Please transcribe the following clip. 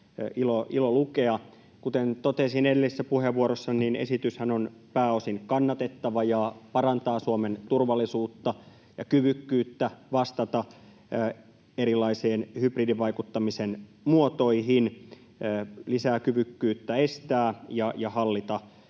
ilo lukea. Kuten totesin edellisessä puheenvuorossa, niin esityshän on pääosin kannatettava ja parantaa Suomen turvallisuutta ja kyvykkyyttä vastata erilaisiin hybridivaikuttamisen muotoihin, lisää kyvykkyyttä estää ja hallita